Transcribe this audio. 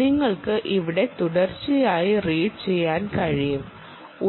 നിങ്ങൾക്ക് ഇവിടെ തുടർച്ചയായി റീഡ് ചെയ്യാൻ കഴിയും